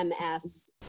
MS